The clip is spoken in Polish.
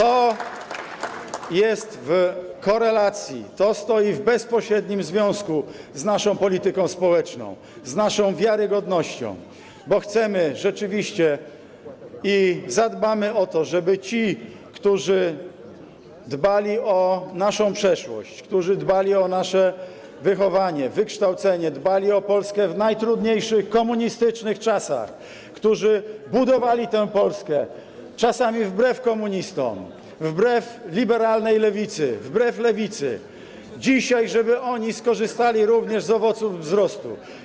pozostają w korelacji, w bezpośrednim związku z naszą polityką społeczną, z naszą wiarygodnością, bo chcemy rzeczywiście i zabiegamy o to, żeby ci, którzy dbali o naszą przeszłość, którzy dbali o nasze wychowanie, wykształcenie, dbali o Polskę w najtrudniejszych, komunistycznych czasach, którzy budowali o Polskę, czasami wbrew komunistom, wbrew liberalnej lewicy, wbrew lewicy, dzisiaj skorzystali również z owoców wzrostu.